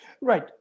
Right